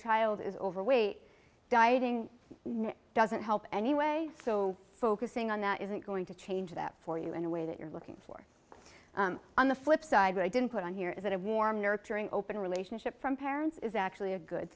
child is overweight dieting doesn't help anyway so focusing on that isn't going to change that for you in a way that you're looking for on the flip side i didn't put on here is that a warm nurturing open relationship from parents is actually a good